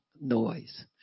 noise